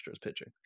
pitching